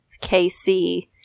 KC